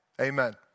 Amen